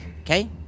okay